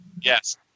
Yes